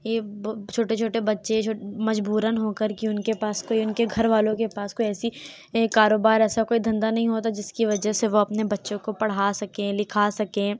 یہ چھوٹے چھوٹے بچے مجبوراً ہو کر کہ ان کے پاس کوئی ان کے گھر والوں کے پاس کوئی ایسی کاروبار ایسا کوئی دھندا نہیں ہوتا جس کی وجہ سے وہ اپنے بچوں کو پڑھا سکیں لکھا سکیں